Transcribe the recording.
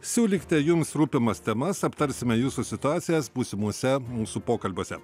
siūlykite jums rūpimas temas aptarsime jūsų situacijas būsimuose mūsų pokalbiuose